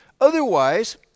Otherwise